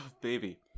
baby